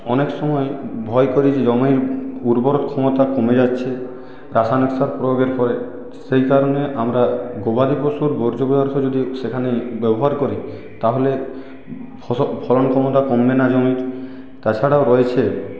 অনেক সময় ভয় করি যে জমির উর্বর ক্ষমতা কমে যাচ্ছে রাসায়নিক সার প্রয়োগের পরে সেই কারণে আমরা গবাদি পশুর বর্জ্য পদার্থ যদি সেখানে ব্যবহার করি তাহলে ফসল ফলন ক্ষমতা কমবে না তাছাড়াও রয়েছে